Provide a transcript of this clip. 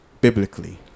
biblically